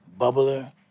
bubbler